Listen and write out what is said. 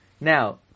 Now